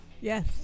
Yes